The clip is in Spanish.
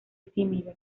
tímido